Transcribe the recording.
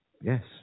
Yes